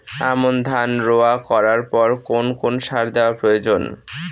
আমন ধান রোয়া করার পর কোন কোন সার দেওয়া প্রয়োজন?